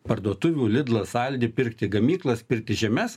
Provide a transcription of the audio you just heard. parduotuvių lidlas aldi pirkti gamyklas pirkti žemes